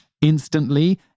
instantly